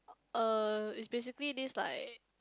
uh it's basically this like